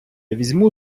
візьму